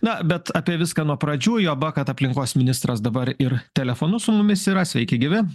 na bet apie viską nuo pradžių juoba kad aplinkos ministras dabar ir telefonu su mumis yra sveiki gyvi